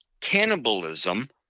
cannibalism